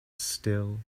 still